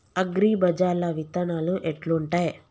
అగ్రిబజార్ల విత్తనాలు ఎట్లుంటయ్?